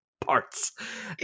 parts